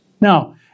Now